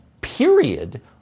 period